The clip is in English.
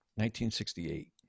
1968